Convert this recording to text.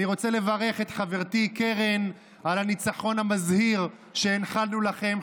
אני רוצה לברך את חברתי קרן על הניצחון המזהיר שהנחלנו לכם,